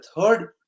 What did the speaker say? third